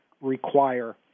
require